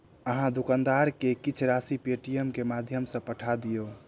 अहाँ दुकानदार के किछ राशि पेटीएमम के माध्यम सॅ पठा दियौ